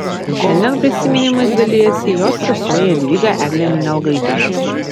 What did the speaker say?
šiandien prisiminimais dalijasi jos sesuo jadvyga eglė minialgaitė